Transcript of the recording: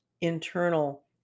internal